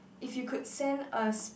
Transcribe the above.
if you could send us